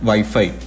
Wi-Fi